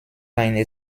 keine